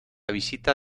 visita